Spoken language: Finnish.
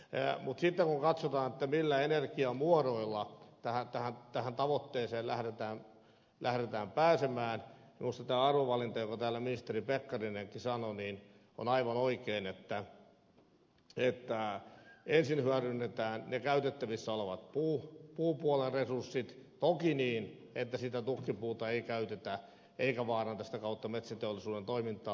mutta sitten kun katsotaan millä energiamuodoilla tähän tavoitteeseen lähdetään pääsemään niin minusta tämä arvovalinta josta täällä ministeri pekkarinenkin sanoi on aivan oikein että ensin hyödynnetään ne käytettävissä olevat puupuolen resurssit toki niin että sitä tukkipuuta ei käytetä eikä vaaranneta sitä kautta metsäteollisuuden toimintaa